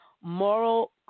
moral